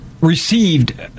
received